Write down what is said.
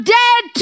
dead